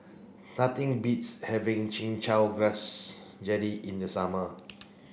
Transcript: nothing beats having chin chow grass jelly in the summer